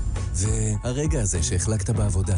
הקצבה הבאה אחריה זה קצבת סיעוד,